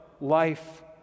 life